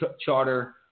charter